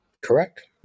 Correct